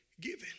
given